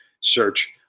Search